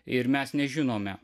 ir mes nežinome